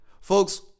Folks